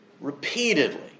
repeatedly